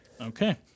Okay